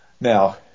Now